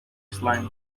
slime